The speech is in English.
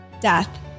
death